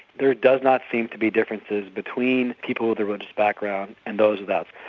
there does not seem to be differences between people with a religious background and those without.